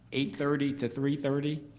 eight thirty to three thirty.